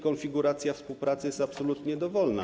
Konfiguracja współpracy jest absolutnie dowolna.